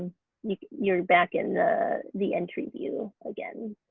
you're back in the entry view again.